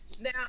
Now